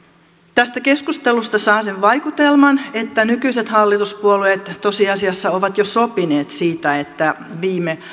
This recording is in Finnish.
tästä keskustelusta saa sen vaikutelman että nykyiset hallituspuolueet tosiasiassa ovat jo sopineet siitä että viime